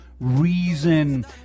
reason